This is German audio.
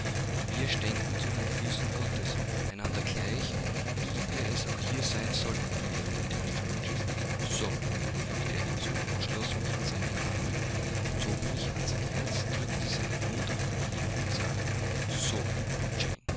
und wir ständen zu den füßen gottes einander gleich wie wir es auch hier sein sollten wie wir es auch hier sein sollten wiederholte mr rochester so fügte er hinzu und schloß mich in seine arme zog mich an sein herz drückte seinen mund auf meine lippen und sagte so